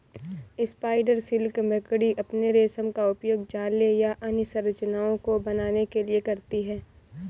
spider silk मकड़ी अपने रेशम का उपयोग जाले या अन्य संरचनाओं को बनाने के लिए करती हैं